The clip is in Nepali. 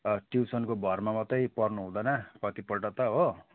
ट्युसनको भरमा मात्रै पर्नु हुँदैन कतिपल्ट त हो